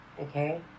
Okay